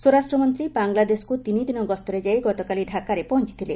ସ୍ୱରାଷ୍ଟ୍ରମନ୍ତ୍ରୀ ବାଂଲାଦେଶକୁ ତିନି ଦିନ ଗସ୍ତରେ ଯାଇ ଗତକାଲି ଢାକାରେ ପହଞ୍ଚଥିଲେ